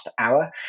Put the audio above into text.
hour